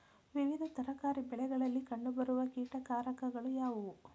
ವಿವಿಧ ತರಕಾರಿ ಬೆಳೆಗಳಲ್ಲಿ ಕಂಡು ಬರುವ ಕೀಟಕಾರಕಗಳು ಯಾವುವು?